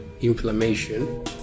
inflammation